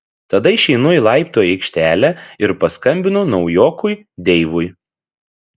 tada išeinu į laiptų aikštelę ir paskambinu naujokui deivui